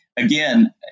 again